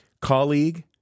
colleague